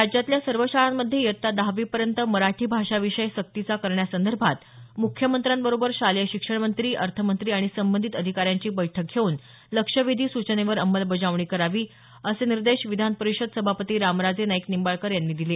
राज्यातल्या सर्व शाळांमध्ये इयत्ता दहावीपर्यंत मराठी भाषा विषय सक्तीचा करण्यासंदर्भात मुख्यमंत्र्यांबरोबर शालेय शिक्षण मंत्री अर्थमंत्री आणि संबंधित अधिकाऱ्यांची बैठक घेऊन लक्षवेधी सूचनेवर अंमलबजावणी करावी असे निर्देश विधानपरिषद सभापती रामराजे नाईक निंबाळकर यांनी दिले